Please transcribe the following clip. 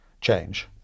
change